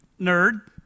nerd